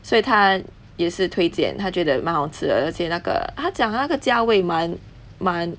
所以她也是推荐她觉得蛮好吃的而且那个她讲那个加味满满